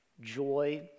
joy